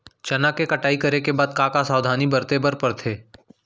चना के कटाई करे के बाद का का सावधानी बरते बर परथे?